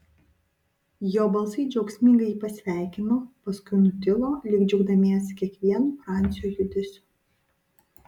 jo balsai džiaugsmingai jį pasveikino paskui nutilo lyg džiaugdamiesi kiekvienu francio judesiu